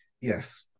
yes